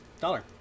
dollar